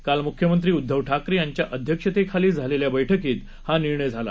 काल मुख्यमंत्री उद्दव ठाकरे यांच्या अध्यक्षतेखाली झालेल्या बैठकीत हा निर्णय झाला